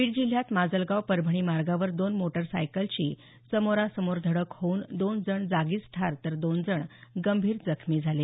बीड जिल्ह्यात माजलगाव परभणी मार्गावर दोन मोटार सायकलची समोरासमोर धडक होऊन दोन जण जागीच ठार तर दोन जण गंभीर जखमी झाले